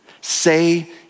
Say